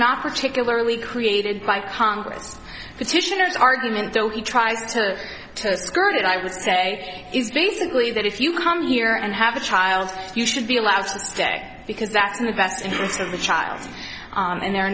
not particularly created by congress petitioners argument though he tries to skirt it i would say is basically that if you come here and have a child you should be allowed to stay because that's in the best interest of the child and there are